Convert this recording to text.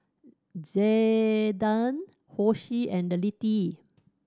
Jaiden Hosie and Littie